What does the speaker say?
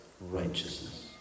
righteousness